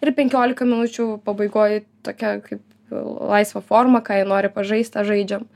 ir penkiolika minučių pabaigoj tokia kaip laisva forma ką jie nori pažaist tą žaidžiam